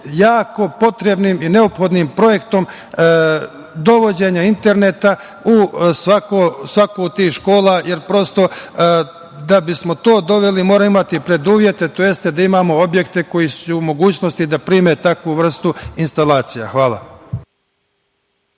jako potrebnim i neophodnim projektom dovođenja interneta u svaku od tih škola. Prosto, da bi smo to doveli moramo imati preduslove, tj. da imamo objekte koji su u mogućnosti da prime takvu vrstu instalacija. Hvala.